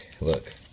Look